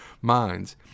minds